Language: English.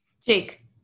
Jake